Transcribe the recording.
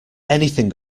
anything